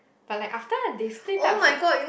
but like after they split up he